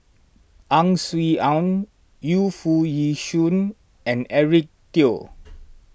Ang Swee Aun Yu Foo Yee Shoon and Eric Teo